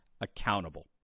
accountable